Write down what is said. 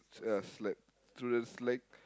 ah slide through the slide